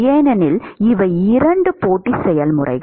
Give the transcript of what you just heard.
ஏனெனில் இவை 2 போட்டி செயல்முறைகள்